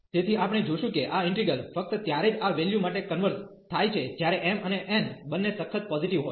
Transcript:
તેથી આપણે જોશું કે આ ઈન્ટિગ્રલ ફક્ત ત્યારે જ આ વેલ્યુ માટે કન્વર્ઝ થાય છે જ્યારે m અને n બંને સખત પોઝીટીવ હોય